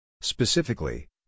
Specifically